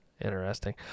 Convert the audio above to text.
Interesting